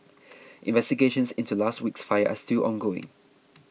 investigations into last week's fire are still ongoing